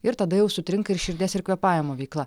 ir tada jau sutrinka ir širdies ir kvėpavimo veikla